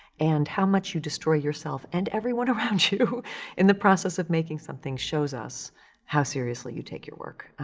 and how much you destroy yourself and everyone around you in the process of making something shows us how seriously you take your work.